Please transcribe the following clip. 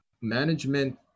management